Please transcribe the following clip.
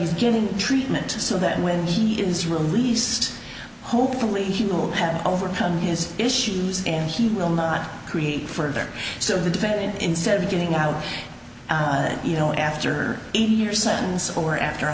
he's getting treatment so that when he is released hopefully he will have overcome his issues and he will not create further so the defendant instead of getting out you know after each year sentence or after